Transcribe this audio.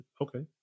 okay